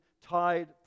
Tide